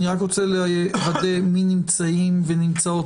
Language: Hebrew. אני רק רוצה לוודא מי נמצאים ונמצאות